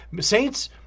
Saints